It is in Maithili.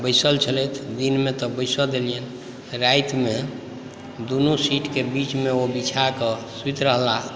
बैसल छलथि दिनमे तऽ बैसऽ देलियन रातिमे दुनू सीटके बीचमे ओ बिछाकेॅं सुति रहला